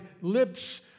lips